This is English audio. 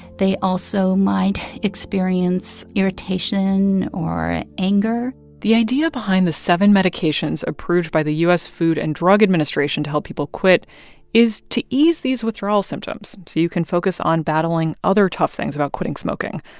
they also might experience irritation or anger the idea behind the seven medications approved by the u s. food and drug administration to help people quit is to ease these withdrawal symptoms so you can focus on battling other tough things about quitting smoking,